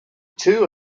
two